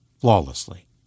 flawlessly